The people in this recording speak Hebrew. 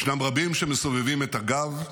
ישנם רבים שמסובבים את הגב,